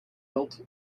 built